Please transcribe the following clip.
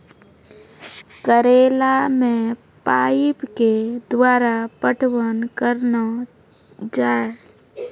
करेला मे पाइप के द्वारा पटवन करना जाए?